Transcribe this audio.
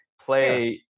play